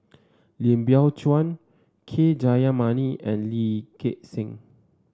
Lim Biow Chuan K Jayamani and Lee Gek Seng